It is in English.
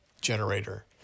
generator